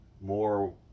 more